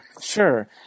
Sure